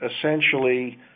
essentially